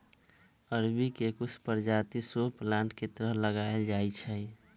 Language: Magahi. अरबी के कुछ परजाति शो प्लांट के तरह लगाएल जाई छई